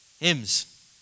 hymns